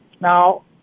Now